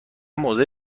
موضع